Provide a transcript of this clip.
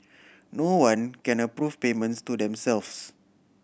no one can approve payments to themselves